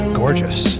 gorgeous